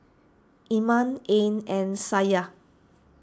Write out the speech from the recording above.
Iman Ain and Syah